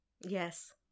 Yes